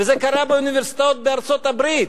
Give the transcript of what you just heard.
וזה קרה באוניברסיטאות בארצות-הברית,